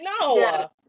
no